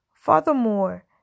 Furthermore